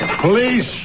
Police